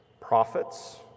prophets